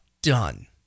done